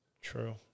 true